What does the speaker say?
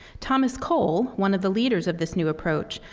thomas cole, one of the leaders of this new approach,